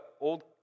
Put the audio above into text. old